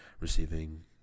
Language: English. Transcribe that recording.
receiving